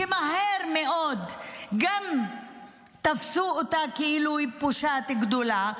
שמהר מאוד תפסו גם אותה כאילו היא פושעת גדולה,